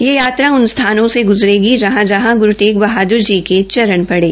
यह यात्रा उन स्थानों से ग्ज़रेगी जहां जहां ग्रू तेगबहाद्र जी के चरण पड़े